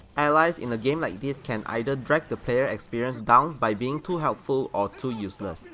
allies in a game like this can either drag the player experience down by being too helpful or too useless,